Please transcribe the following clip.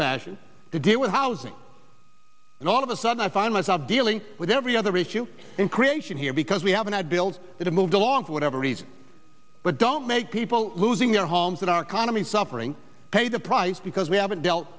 fashion to deal with housing and all of a sudden i find myself dealing with every other issue in creation here because we haven't had built it moved along for whatever reason but don't make people losing their homes that are kind of be suffering pay the price because we haven't dealt